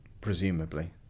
presumably